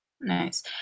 Nice